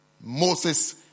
Moses